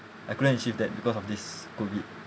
I couldn't achieve that because of this COVID